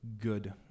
good